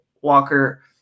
Walker